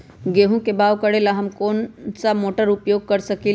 गेंहू के बाओ करेला हम कौन सा मोटर उपयोग कर सकींले?